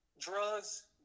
Drugs